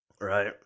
Right